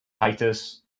titus